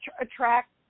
attract